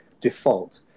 default